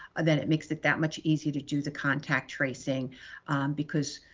then it makes it that much easier to do the contact tracing because